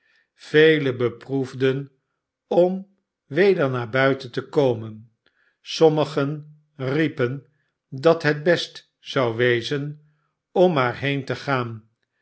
velen beproefden om weder naar buiten te komen sommigen riepen dat het best zou wezen om maar heen te gaan